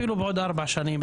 אפילו בעוד ארבע שנים,